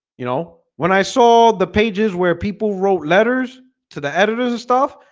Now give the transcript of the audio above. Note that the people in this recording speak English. you know when i saw the pages where people wrote letters? to the editors and stuff.